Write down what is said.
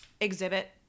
exhibit